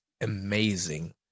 amazing